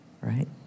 right